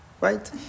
right